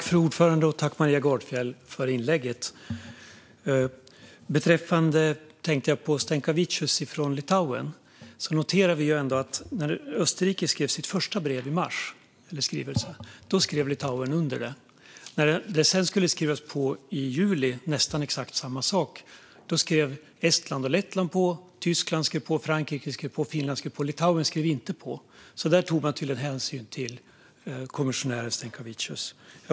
Fru talman! Tack, Maria Gardfjell, för anförandet! Beträffande Sinkevicius från Litauen noterade vi att Litauen skrev under Österrikes första skrivelse i mars. När nästan exakt samma sak skulle skrivas under i juli skrev Estland, Lettland, Tyskland, Frankrike och Finland på, men Litauen skrev inte på. Där tog man tydligen hänsyn till kommissionären Sinkevicius.